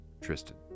Tristan